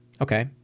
Okay